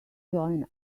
join